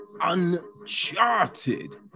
Uncharted